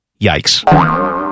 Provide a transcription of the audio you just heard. yikes